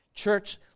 Church